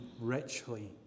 richly